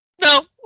No